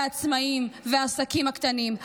על העצמאים ועל העסקים הקטנים?